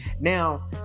Now